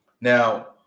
Now